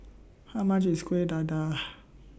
How much IS Kuih Dadar